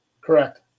Correct